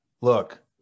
look